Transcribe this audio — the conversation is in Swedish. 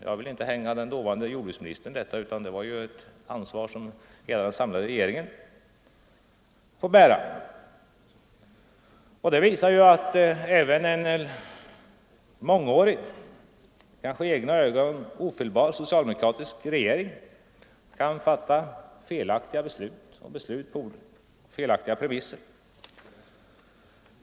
Jag vill inte hänga den dåvarande jordbruksministern för detta, utan det är ju ett ansvar som hela den samlade regeringen får bära. Detta visar att även en mångårig — kanske i egna ögon ofelbar — socialdemokratisk regering kan fatta felaktiga beslut — beslut som är grundade på felaktiga premisser.